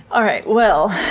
all right. well,